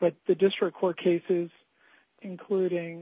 but the district court cases including